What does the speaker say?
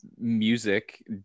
music